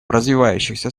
развивающихся